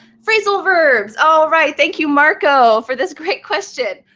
phrasal verbs. all right. thank you, marco, for this great question.